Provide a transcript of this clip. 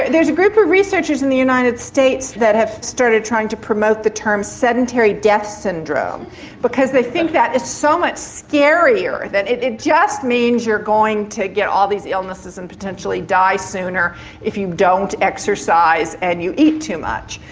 there's a group of researchers in the united states that have started trying promote the term sedentary death syndrome because they think that it's so much scarier. it it just means you're going to get all these illnesses and potentially die sooner if you don't exercise and you eat too much.